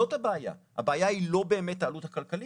זאת הבעיה, הבעיה היא לא באמת העלות הכלכלית,